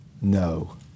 no